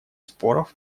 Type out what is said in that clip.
споров